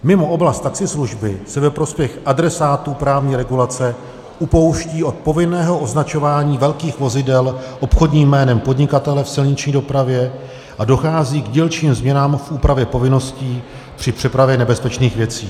Mimo oblast taxislužby se ve prospěch adresátů právní regulace upouští od povinného označování velkých vozidel obchodním jménem podnikatele v silniční dopravě a dochází k dílčím změnám v úpravě povinností při přepravě nebezpečných věcí.